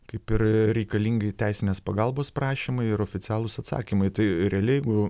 kaip ir reikalingi teisinės pagalbos prašymai ir oficialūs atsakymai tai realiai jeigu